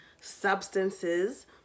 substances